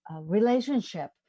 relationship